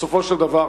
בסופו של דבר,